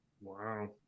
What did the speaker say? Wow